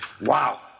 wow